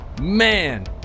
Man